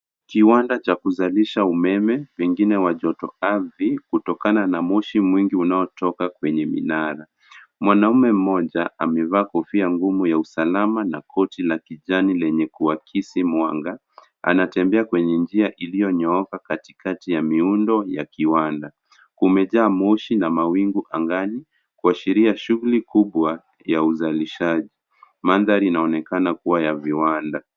Kiwanda cha kuzalisha umeme, pengine wa joto ardhi, kutokana na moshi mwingi unaotoka kwenye minara. Mwanamume mmoja, amevaa kofia ngumu ya salama na koti la kijani lenye kuakisi mwanga. Anatembea kwenye njia iliyonyooka katikati ya miundo ya kiwanda. Kumejaa moshi na mawingu angani, kuashiria shughuli kubwa ya uzalishaji. Mandhari inaonekana kuwa ya viwanda.